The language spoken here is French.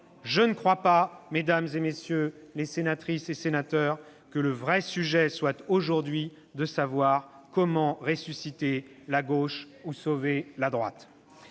Je ne crois pas, mesdames, messieurs les sénateurs, que le vrai sujet soit aujourd'hui de savoir comment ressusciter la gauche ou sauver la droite.